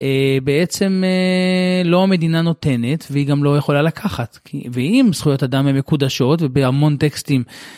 בעצם לא המדינה נותנת, והיא גם לא יכולה לקחת. ואם זכויות אדם הן מקודשות ובהמון טקסטים...